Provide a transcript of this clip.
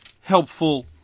helpful